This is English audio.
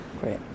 Great